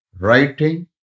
writing